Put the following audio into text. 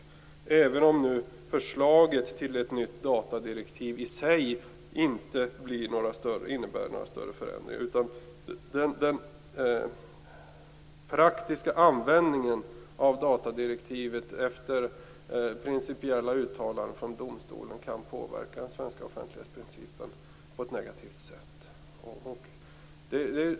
Även om förslaget till ett nytt datadirektiv i sig inte innebär några större förändringar, kan den praktiska användningen av datadirektivet efter principiella uttalanden från domstolen påverka den svenska offentlighetsprincipen på ett negativt sätt.